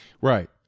Right